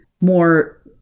more